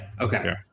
Okay